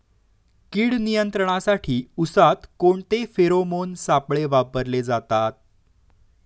कीड नियंत्रणासाठी उसात कोणते फेरोमोन सापळे वापरले जातात?